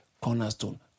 cornerstone